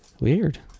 Weird